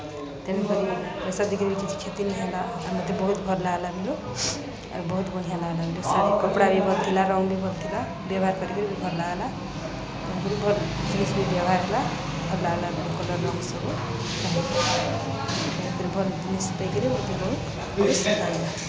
ତେଣି କରି ପଇସା ଦେଇିକରି ବି କିଛି ନ ହେଲା ଆଉ ମତେ ବହୁତ ଭଲ ଲାଗଲା ଆର୍ ବହୁତ ବଢ଼ିଁଆ ଲାଗ୍ଲା ଶ଼ୀ କପଡ଼ା ବି ଭଲ୍ ଥିଲା ରଙ୍ଗ ବି ଭଲ ଥିଲା ବ୍ୟବହାର କରିକିରି ବି ଭଲ ଲାଗ୍ଲା ତ ଭଲ୍ ଜିନିଷ୍ ବି ବ୍ୟବହାର ହେଲା ଭଲ ଲାଗ୍ଲା କଲର ରଙ୍ଗ ସବୁ ଭଲ୍ ଜିନିଷ୍ ପାଇକରି ମତେ ବହୁତ ମସ୍ତ୍ ଲାଗିଲା